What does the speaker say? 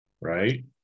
right